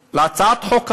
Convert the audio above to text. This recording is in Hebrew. הצעת החוק הזאת,